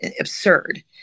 absurd